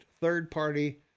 third-party